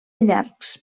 llargs